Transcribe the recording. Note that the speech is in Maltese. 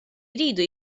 jridu